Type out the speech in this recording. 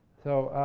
so,